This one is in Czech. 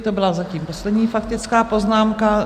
To byla zatím poslední faktická poznámka.